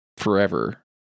forever